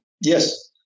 Yes